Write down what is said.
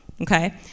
okay